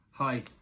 Hi